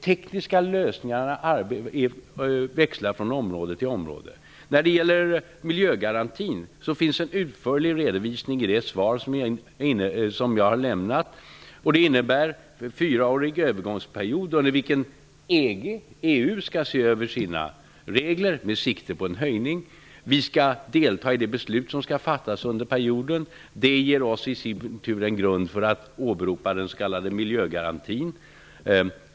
Tekniska lösningar växlar från område till område. Vad gäller miljögarantin finns det en utförlig redovisning i det svar som jag lämnat. Det innebär en fyraårig övergångsperiod under vilken EG/EU skall se över sina regler med sikte på en höjning. Sverige skall delta i de beslut som skall fattas under perioden. Det ger oss i sin tur en grund för att åberopa den s.k. miljögarantin.